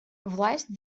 власть